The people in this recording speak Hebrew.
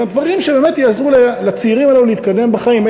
בדברים שבאמת יעזרו לצעירים האלה להתקדם בחיים,